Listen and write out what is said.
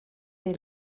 des